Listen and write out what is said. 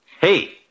Hey